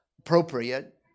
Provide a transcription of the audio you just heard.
Appropriate